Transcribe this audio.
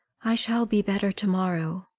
i shall be better to-morrow.